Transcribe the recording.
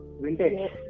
Vintage